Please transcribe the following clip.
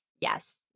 Yes